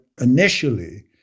initially